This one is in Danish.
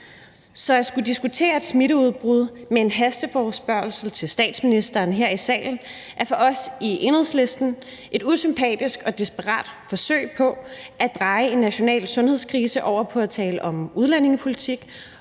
Så at skulle diskutere et smitteudbrud med en hasteforespørgsel til statsministeren her i salen er for os i Enhedslisten et usympatisk og desperat forsøg på at dreje en national sundhedskrise over på at tale om udlændingepolitik